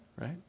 right